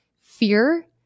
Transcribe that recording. fear